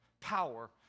power